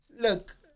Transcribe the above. Look